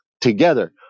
together